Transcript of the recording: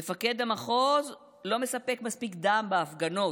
מפקד המחוז לא מספק מספיק דם בהפגנות,